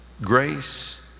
Grace